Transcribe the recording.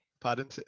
Pardon